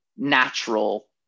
natural